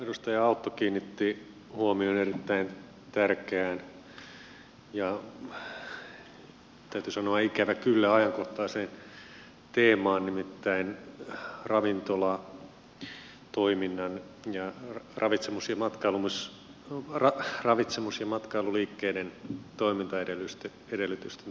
edustaja autto kiinnitti huomion erittäin tärkeään ja täytyy sanoa ikävä kyllä ajankohtaiseen teemaan nimittäin ravintolatoiminnan ja ravitsemus ja matkailuliikkeiden toimintaedellytysten turvaamiseen